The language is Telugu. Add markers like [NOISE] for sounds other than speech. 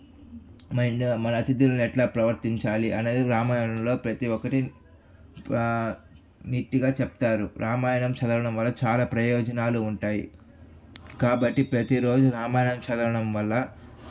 [UNINTELLIGIBLE] మన అతిథులను ఎట్లా ప్రవర్తించాలి అనేది రామాయణంలో ప్రతి ఒక్కరి నీటుగా చెప్తారు రామాయణం చదవడం వల్ల చాలా ప్రయోజనాలు ఉంటాయి కాబట్టి ప్రతి రోజు రామాయణం చదవడం వల్ల